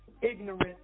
ignorant